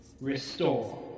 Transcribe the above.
restore